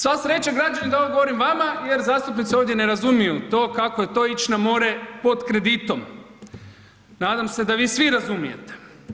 Sva sreća građani da ovo govorim vama jer zastupnici ovdje ne razumiju to kako je to ići na more pod kreditom, nadam se da vi svi razumijete.